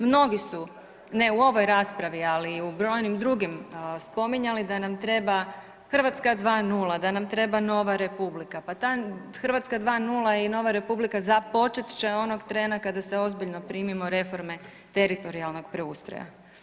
Mnogi su, ne u ovoj raspravi, ali u brojnim drugim spominjali da nam treba Hrvatska dva nula, da nam treba nova republika, pa Hrvatska dva nula i nova republika započet će onog trena kada se ozbiljno primimo reforme teritorijalnog preustroja.